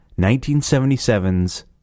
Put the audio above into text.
1977's